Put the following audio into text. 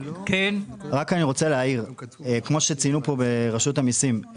כמו שציינו פה ברשות המיסים,